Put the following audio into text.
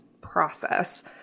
process